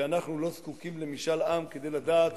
ואנחנו לא זקוקים למשאל עם כדי לדעת